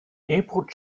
airport